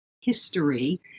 history